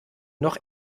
noch